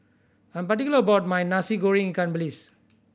I am particular about my Nasi Goreng ikan bilis